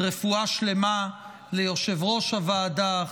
רפואה שלמה ליושב-ראש הוועדה,